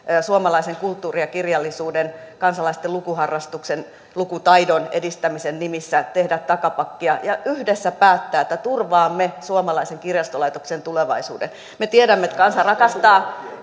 suomalaisen kulttuurin ja kirjallisuuden kansalaisten lukuharrastuksen lukutaidon edistämisen nimissä tehdä takapakkia ja yhdessä päättää että turvaamme suomalaisen kirjastolaitoksen tulevaisuuden me tiedämme että kansa rakastaa